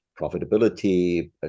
profitability